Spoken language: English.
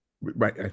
Right